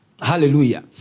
Hallelujah